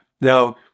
Now